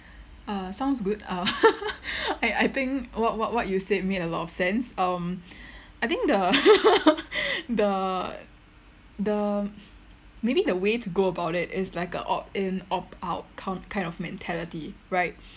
uh sounds good uh I I think what what what you said made a lot of sense um I think the the the maybe the way to go about it is like a opt in opt out ki~ kind of mentality right